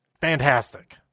fantastic